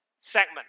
segment